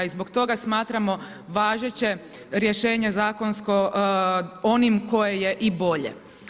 I zbog toga smatramo važeće rješenje zakonsko onim koje je i bolje.